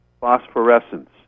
phosphorescence